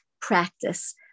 practice